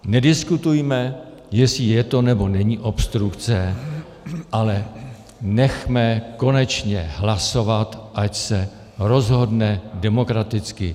Nediskutujme, jestli je to, nebo není obstrukce, ale nechme konečně hlasovat, ať se rozhodne demokraticky.